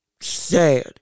sad